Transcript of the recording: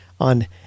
on